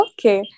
Okay